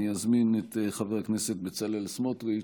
אני אזמין את חבר הכנסת בצלאל סמוטריץ'